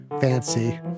Fancy